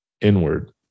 inward